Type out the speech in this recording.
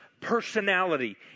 personality